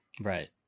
Right